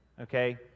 okay